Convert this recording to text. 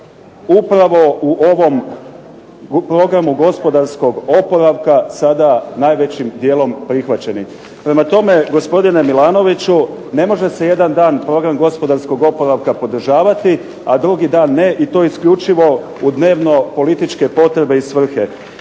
upravo u ovom programu gospodarskog oporavka sada najvećim dijelom prihvaćeni. Prema tome, gospodine Milanoviću, ne može se jedan dan program gospodarskog oporavka podržavati, a drugi dan ne i to isključivo u dnevnopolitičke potrebe i svrhe.